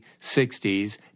60s